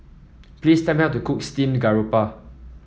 please tell me how to cook Steamed Garoupa